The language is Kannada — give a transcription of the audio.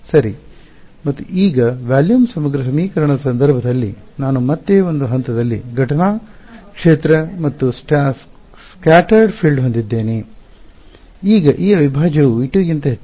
ಸರಿ ಮತ್ತು ಈಗ ಪರಿಮಾಣದ ಸಮಗ್ರ ಸಮೀಕರಣದ ಸಂದರ್ಭದಲ್ಲಿ ನಾನು ಮತ್ತೆ ಒಂದು ಹಂತದಲ್ಲಿ ಘಟನಾ ಕ್ಷೇತ್ರ ಮತ್ತು ಚದುರಿದ ಕ್ಷೇತ್ರವನ್ನು ಸ್ಕ್ಯಾಟರ್ಡ್ ಫೀಲ್ಡ್ ಹೊಂದಿದ್ದೇನೆ ಈಗ ಈ ಅವಿಭಾಜ್ಯವು V2 ಗಿಂತ ಹೆಚ್ಚಾಗಿದೆ